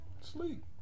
sleep